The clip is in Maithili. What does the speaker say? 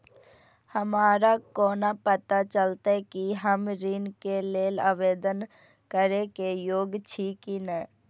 हमरा कोना पताा चलते कि हम ऋण के लेल आवेदन करे के योग्य छी की ने?